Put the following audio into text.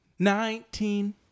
Nineteen